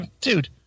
Dude